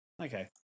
Okay